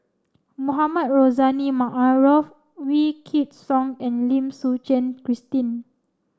Mohamed Rozani Maarof Wykidd Song and Lim Suchen Christine